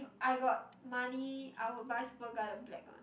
I got money I will buy Superga the black one